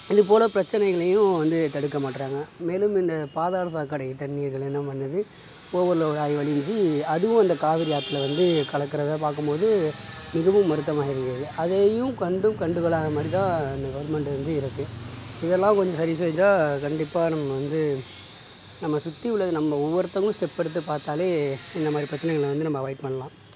இது போல் பிரச்சனைகளையும் வந்து தடுக்க மாட்டுறாங்க மேலும் இந்த பாதாள சாக்கடை தண்ணீர்கள் என்ன பண்ணுது ஓவர்லோடாயி வழிஞ்சி அதுவும் அந்த காவேரி ஆற்றுல வந்து கலக்கறதை பார்க்கும்போது மிகவும் வருத்தமாக இருந்தது அதையும் கண்டும் கண்டு கொள்ளாத மாதிரி தான் இந்த கவுர்மெண்டு வந்து இருக்கு இதெல்லாம் கொஞ்ச சரி செஞ்சா கண்டிப்பாக நம்ம வந்து நம்ம சுற்றி உள்ளது நம்ம ஒவ்வொருத்தவங்களும் ஸ்டெப் எடுத்து பார்த்தாலே இந்த மாதிரி பிரச்சனைகளை வந்து நம்ம அவாயிட் பண்ணலாம்